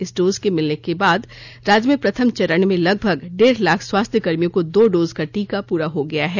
इस डोज के मिलने के बाद राज्य में प्रथम चरण में लगभग डेढ़ लाख स्वास्थकर्मियों को दो डोज का टीका पूरा हो गया है